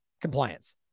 compliance